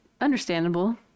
understandable